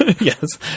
Yes